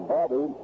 Bobby